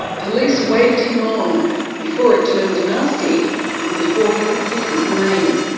police waved him on before it turned nasty and before he could give his name.